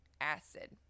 acid